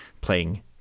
playing